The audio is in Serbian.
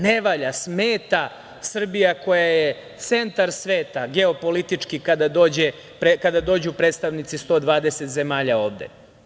Ne valja, smeta Srbija koja je centar sveta geopolitički, kada dođu predstavnici 120 zemalja ovde.